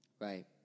Right